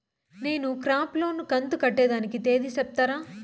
నేను crop loan కంతు కట్టేదానికి తేది సెప్తారా?